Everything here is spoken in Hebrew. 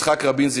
יצחק רבין,